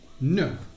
no